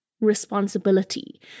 responsibility